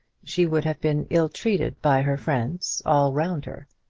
she would have been ill-treated by her friends all round her.